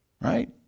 Right